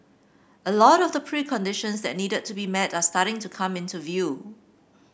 a lot of the preconditions that needed to be met are starting to come into view